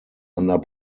under